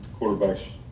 quarterbacks